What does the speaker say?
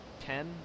ten